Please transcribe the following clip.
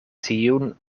tiun